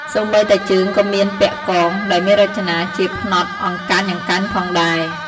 សូម្បីតែជើងក៏មានពាក់កង ដែលមានរចនាជាផ្នត់អង្កាញ់ៗផងដែរ។